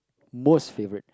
most favourite